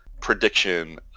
prediction